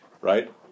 Right